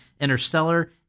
Interstellar